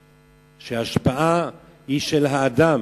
שההשפעה היא של האדם.